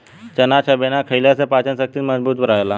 चना चबेना खईला से पाचन शक्ति मजबूत रहेला